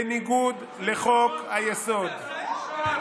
בניגוד לחוק-היסוד,